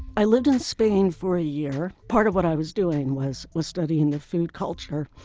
i lived in spain for a year. part of what i was doing was was studying the food culture,